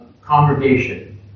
congregation